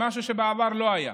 משהו שבעבר לא היה.